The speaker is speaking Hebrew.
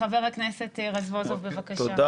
חבר הכנסת רזבוזוב, בבקשה.